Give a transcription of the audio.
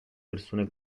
persone